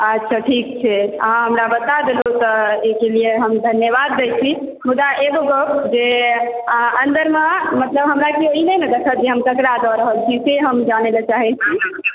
अच्छा ठीक छै अहाँ हमरा बता देलहुॅं तऽ एहिके लिय हम धन्यवाद दै छी मुदा एगो गप जे आ अंदरमे मतलब हमरा केओ ई नहि ने देखत जे हम केकरा दऽ रहल छी से हम जानय लए चाहै छी